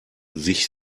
sich